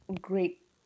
great